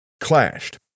clashed